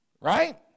Right